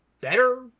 better